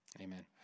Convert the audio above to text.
amen